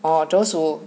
orh those who